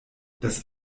das